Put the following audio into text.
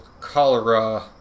Cholera